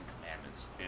Commandments